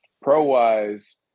Pro-wise –